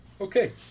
Okay